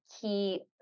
key